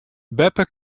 beppe